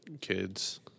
kids